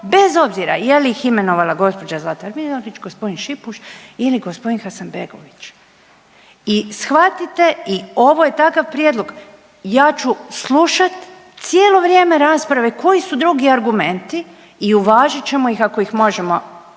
bez obzira je li ih imenovala gđa. Zlatar Violić, g. Šipuš ili g. Hasanbegović i shvatite i ovo je takav prijedlog. Ja ću slušati cijelo vrijeme rasprave koji su drugi argumenti i uvažit ćemo ih ako ih možemo uvažiti.